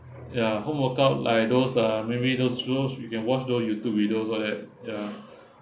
ya home work out like those ah maybe those rules you can watch though YouTube videos [one] right ya